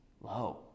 low